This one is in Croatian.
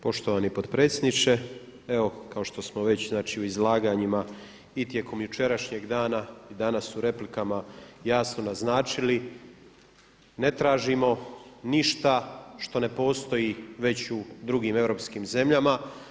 Poštovani potpredsjedniče, evo kao što smo već znači u izlaganju i tijekom jučerašnjeg dana i danas u replikama jasno naznačili ne tražimo ništa što ne postoji već u drugim europskim zemljama.